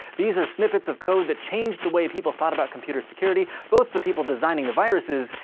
these are snippets of code that changed the way people thought about computer security, both the people designing the viruses,